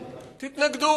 תתנגדו,